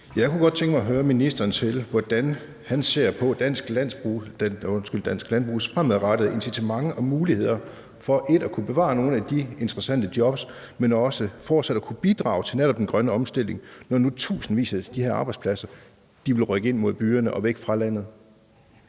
Jeg kunne godt tænke mig at høre ministeren, hvordan han ser på dansk landbrugs incitamenter og muligheder for fremadrettet at kunne bevare nogle af de interessante jobs, men også fortsat at kunne bidrage til netop den grønne omstilling, når nu tusindvis af de her arbejdspladser vil rykke ind mod byerne og væk fra landet.